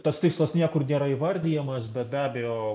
tas tikslas niekur nėra įvardijamas bet be abejo